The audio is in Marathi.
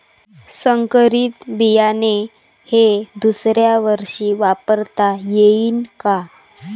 संकरीत बियाणे हे दुसऱ्यावर्षी वापरता येईन का?